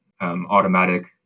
automatic